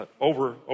over